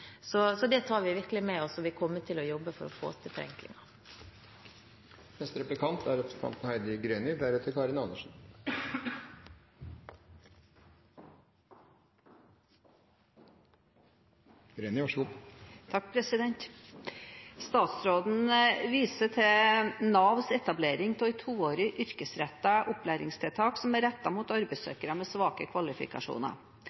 Det tar vi virkelig med oss, og vi kommer til å jobbe for å få til forenklinger. Statsråden viser til Navs etablering av et toårig yrkesrettet opplæringstiltak som er rettet mot arbeidssøkere med svake kvalifikasjoner. Det er sikkert et godt tiltak, men spørsmålet er